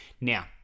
Now